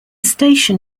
station